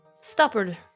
stopper